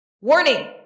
Warning